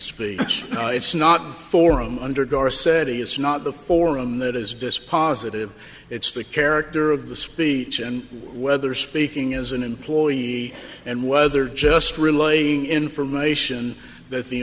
speech it's not forum under guard said he is not the forum that is dispositive it's the character of the speech and whether speaking as an employee and whether just relaying information that the